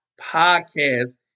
podcast